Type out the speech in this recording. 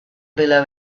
below